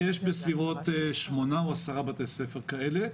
יש בסביבות שמונה או עשרה בתי ספר כאלה,